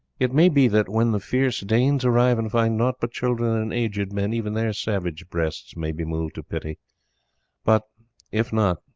it may be that when the fierce danes arrive and find nought but children and aged men even their savage breasts may be moved to pity but if not,